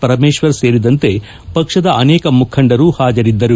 ಪರಮೇಶ್ವರ್ ಸೇರಿದಂತೆ ಪಕ್ಷದ ಅನೇಕ ಮುಖಂಡರು ಹಾಜರಿದ್ದರು